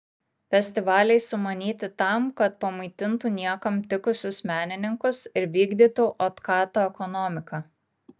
festivaliai sumanyti tam kad pamaitintų niekam tikusius menininkus ir vykdytų otkato ekonomiką